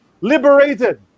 liberated